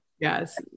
Yes